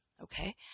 Okay